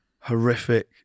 Horrific